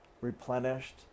replenished